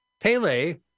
pele